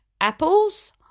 apples